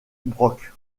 broc